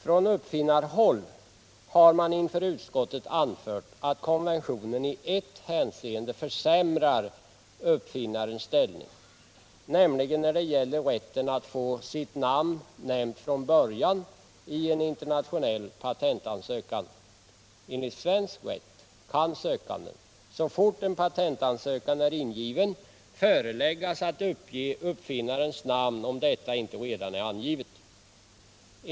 Från uppfinnarhåll har man inför utskottet anfört att konventionen i ett hänseende försämrar uppfinnarens ställning, nämligen när det gäller rätten att få sitt namn nämnt från början i en internationell patentansökan. Enligt svensk rätt kan sökanden, så fort en patentansökan är ingiven, föreläggas att uppge uppfinnarens namn om detta inte redan är angivet.